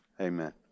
Amen